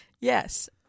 Yes